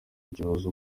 ikibazo